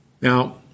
now